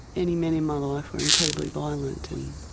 any men in my life were incredibly violent. and